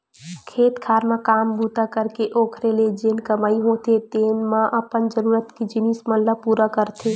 खेत खार म काम बूता करके ओखरे ले जेन कमई होथे तेने म अपन जरुरत के जिनिस मन ल पुरा करथे